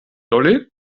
lolli